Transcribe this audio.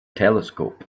telescope